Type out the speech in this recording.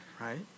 Right